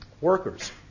workers